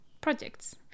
projects